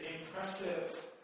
impressive